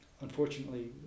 unfortunately